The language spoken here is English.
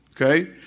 Okay